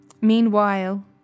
Meanwhile